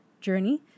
journey